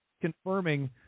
confirming